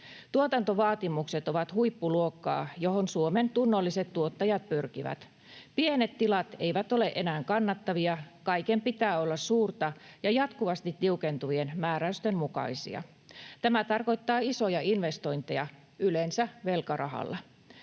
Tuotantovaatimukset ovat huippuluokkaa, johon Suomen tunnolliset tuottajat pyrkivät. Pienet tilat eivät ole enää kannattavia. Kaiken pitää olla suurta ja jatkuvasti tiukentuvien määräysten mukaista. Tämä tarkoittaa isoja investointeja yleensä velkarahalla.